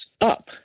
up